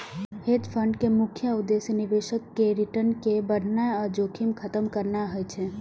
hedge fund के मुख्य उद्देश्य निवेशक केर रिटर्न कें बढ़ेनाइ आ जोखिम खत्म करनाइ होइ छै